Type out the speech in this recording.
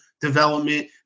development